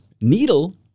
Needle